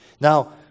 Now